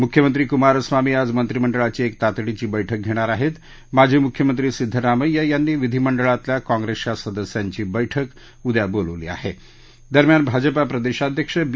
मुख्यमंत्री कुमारस्वामी आज मंत्रीमंडळाची एक तातडीची बैठक घघ्यीर आहस्त माजी मुख्यमंत्री सिद्धरामय्या यांनी विधीमंडळातल्या काँग्रस्तिया सदस्यांची बैठक उद्या बोलावली आहा द्वेरम्यान भाजपा प्रदर्शीध्यक्ष बी